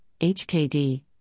HKD